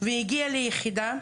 והגיע ליחידה,